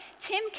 Tim